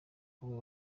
kuba